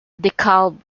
dekalb